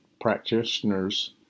practitioner's